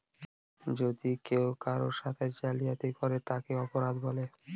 যদি কেউ কারোর সাথে জালিয়াতি করে তাকে অপরাধ বলে